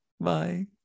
bye